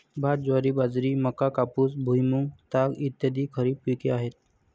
भात, ज्वारी, बाजरी, मका, कापूस, भुईमूग, ताग इ खरीप पिके आहेत